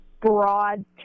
broad